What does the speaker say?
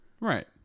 Right